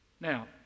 now